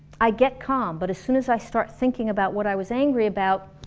i get calm but as soon as i start thinking about what i was angry about,